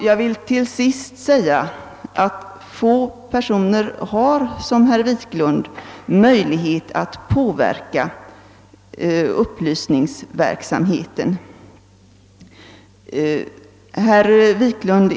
Jag vill till sist säga att få personer i samma utsträckning som herr Wiklund torde ha möjlighet att påverka upplysningsverksamheten på det område vi nu diskuterar.